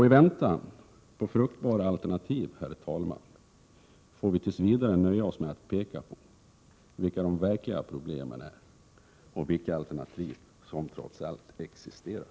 I väntan på fruktbara alternativ, herr talman, får vi tills vidare nöja oss med att peka på vilka de verkliga problemen är och vilka alternativ som trots allt existerar.